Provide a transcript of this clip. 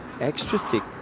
extra-thick